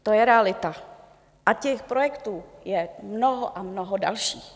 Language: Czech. To je realita, s těch projektů je mnoho a mnoho dalších.